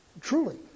Truly